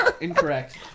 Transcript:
Incorrect